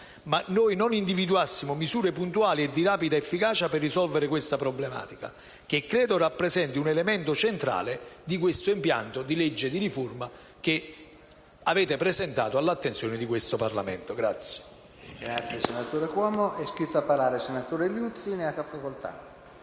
act*, non individuassimo misure puntuali e di rapida efficacia per risolvere questa problematica, che rappresenta un elemento centrale dell'impianto di legge di riforma che avete presentato all'attenzione del Parlamento.